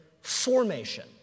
formation